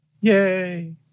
Yay